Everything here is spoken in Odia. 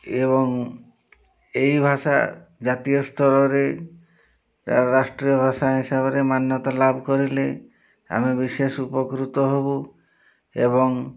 ଏବଂ ଏହି ଭାଷା ଜାତୀୟ ସ୍ତରରେ ତା'ର ରାଷ୍ଟ୍ରୀୟ ଭାଷା ହିସାବରେ ମାନ୍ୟତା ଲାଭ କରିଲେ ଆମେ ବିଶେଷ ଉପକୃତ ହେବୁ ଏବଂ